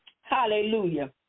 Hallelujah